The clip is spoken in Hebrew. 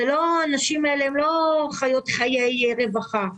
הנשים האלה לא חיות חיי רווחה.